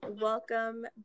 Welcome